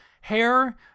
hair